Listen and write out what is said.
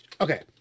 Okay